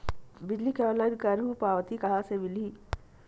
बिजली के ऑनलाइन करहु पावती कहां ले मिलही?